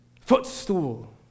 footstool